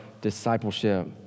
Discipleship